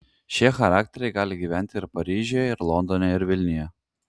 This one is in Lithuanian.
šie charakteriai gali gyventi ir paryžiuje ir londone ir vilniuje